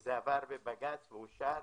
זה עבר בבג"צ ואושר.